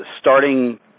starting